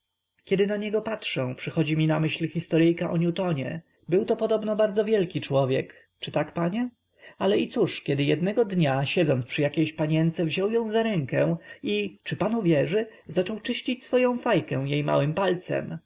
kiedy na niego patrzę przychodzi mi na myśl historyjka o newtonie byłto podobno bardzo wielki człowiek czy tak panie ale i cóż kiedy jednego dnia siedząc przy jakiejś panience wziął ją za rękę i czy pan uwierzy zaczął czyścić swoję fajkę jej małym palcem